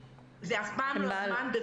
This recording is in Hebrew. זה אף פעם לא הזמן,